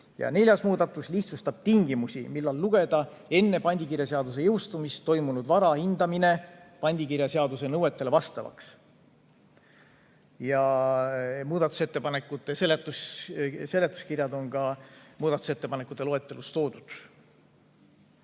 Neljas muudatusettepanek lihtsustab tingimusi, millal lugeda enne pandikirjaseaduse jõustumist toimunud vara hindamine pandikirjaseaduse nõuetele vastavaks. Muudatusettepanekute selgitused on ka muudatusettepanekute loetelus toodud.